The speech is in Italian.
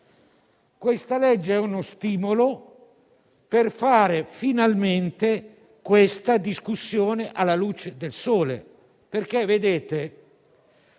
questa legge è uno stimolo per affrontare finalmente questa discussione alla luce del sole, perché è